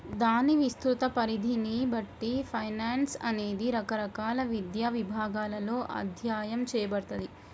దాని విస్తృత పరిధిని బట్టి ఫైనాన్స్ అనేది రకరకాల విద్యా విభాగాలలో అధ్యయనం చేయబడతది